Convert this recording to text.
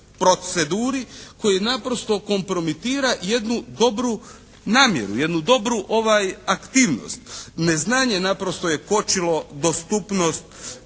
proceduri koji naprosto kompromitira jednu dobru namjeru, jednu dobru aktivnost. Neznanje naprosto je kočilo dostupnost